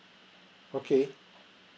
okay